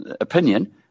opinion